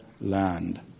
land